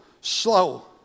slow